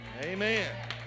Amen